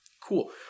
cool